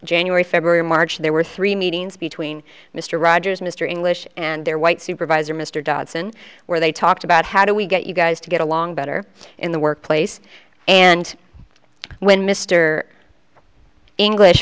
january february march there were three meetings between mr rogers mr english and their white supervisor mr dodson where they talked about how do we get you guys to get along better in the workplace and when mister english